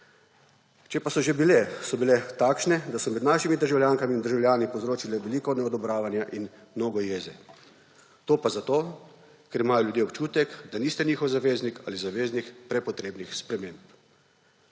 Če pa so že bile, so bile takšne, da so med našimi državljankami in državljani povzročile veliko neodobravanje in mnogo jeze. To pa zato, ker imajo ljudje občutek, da niste njihov zaveznik ali zaveznik prepotrebnih sprememb;